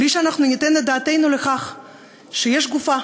בלי שאנחנו ניתן את דעתנו על כך שיש גופה